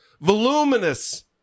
voluminous